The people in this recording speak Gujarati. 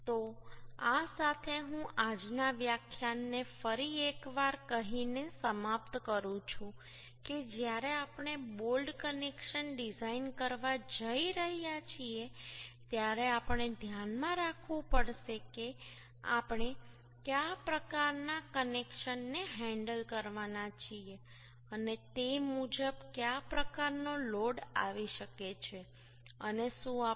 તો આ સાથે હું આજના વ્યાખ્યાનને ફરી એક વાર કહીને સમાપ્ત કરવા માંગુ છું કે જ્યારે આપણે બોલ્ટ કનેક્શન ડિઝાઇન કરવા જઈ રહ્યા છીએ ત્યારે આપણે ધ્યાનમાં રાખવું પડશે કે આપણે કયા પ્રકારના કનેક્શનને હેન્ડલ કરવાના છીએ અને તે મુજબ કયા પ્રકારનો લોડ આવી શકે છે અને શું આપણે